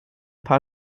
paar